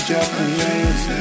Japanese